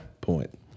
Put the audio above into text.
point